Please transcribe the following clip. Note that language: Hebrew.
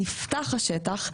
נפתח השטח,